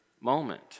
moment